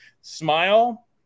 smile